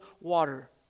water